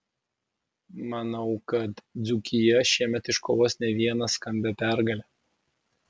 manau kad dzūkija šiemet iškovos ne vieną skambią pergalę